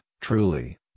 Truly